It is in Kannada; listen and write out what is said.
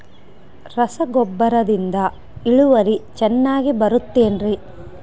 ರಸಗೊಬ್ಬರದಿಂದ ಇಳುವರಿ ಚೆನ್ನಾಗಿ ಬರುತ್ತೆ ಏನ್ರಿ?